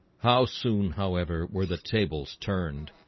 how soon however were the tables turned?